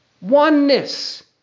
Oneness